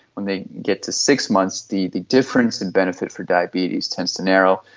when they get to six months, the the difference in benefit for diabetes tends to narrow.